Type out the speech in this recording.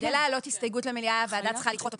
כדי להעלות הסתייגות למליאה הוועדה צריכה לדחות אותן.